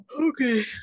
Okay